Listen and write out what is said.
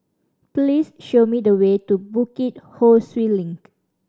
please show me the way to Bukit Ho Swee Link